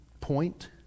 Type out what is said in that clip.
point